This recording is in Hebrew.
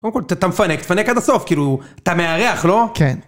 קודם כל, את-אתה מפנק, תפנק עד הסוף, כאילו... אתה מארח, לא? כן.